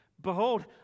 behold